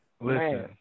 listen